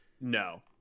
no